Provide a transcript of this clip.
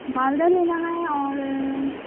مالدہ لینا ہے اور